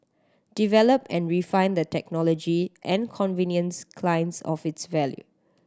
develop and refine the technology and convince clients of its value